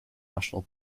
national